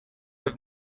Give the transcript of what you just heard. have